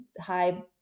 high